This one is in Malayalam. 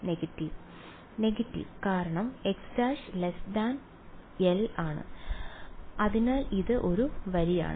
വിദ്യാർത്ഥി നെഗറ്റീവ് നെഗറ്റീവ് കാരണം x′ l അതിനാൽ ഇത് ഒരു വരിയാണ്